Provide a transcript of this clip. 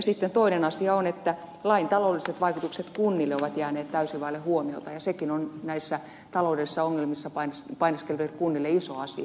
sitten toinen asia on että lain taloudelliset vaikutukset kunnille ovat jääneet täysin vaille huomiota ja sekin on näissä taloudellisissa ongelmissa painiskeleville kunnille iso asia